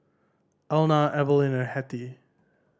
Elna Evalyn and Hettie